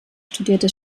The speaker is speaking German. studierte